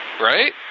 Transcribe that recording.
Right